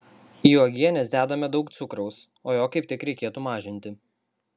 į uogienes dedame daug cukraus o jo kaip tik reikėtų mažinti